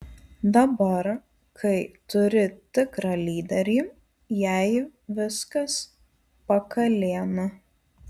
dabar kai turi tikrą lyderį jai viskas pakalėna